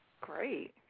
Great